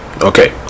okay